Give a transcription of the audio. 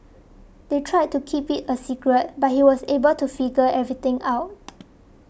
they tried to keep it a secret but he was able to figure everything out